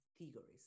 categories